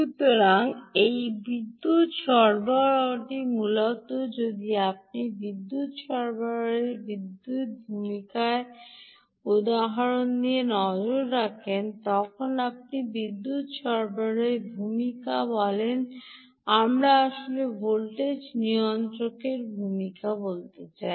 সুতরাং এই বিদ্যুৎ সরবরাহটি মূলত যদি আপনি বিদ্যুৎ সরবরাহের ভূমিকার দিকে নজর রাখেন যখন আপনি বিদ্যুৎ সরবরাহের ভূমিকা বলেন আমরা আসলে ভোল্টেজ নিয়ন্ত্রকের ভূমিকা বলতে চাই